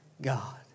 God